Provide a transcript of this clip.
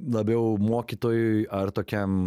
labiau mokytojui ar tokiam